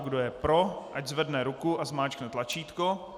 Kdo je pro, ať zvedne ruku a zmáčkne tlačítko.